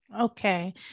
okay